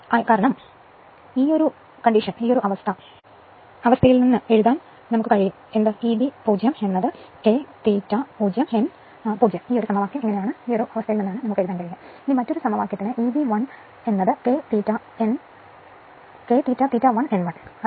കാരണം Eb 0 K ∅ 0 n 0 എന്ന ഒരു സമവാക്യം എഴുതാൻ കഴിയുന്ന അവസ്ഥ ഇതാണ് മറ്റൊരു സമവാക്യത്തിന് Eb 1 K ∅ n1 n 1